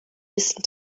listen